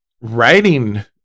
writing